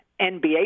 NBA